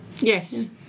yes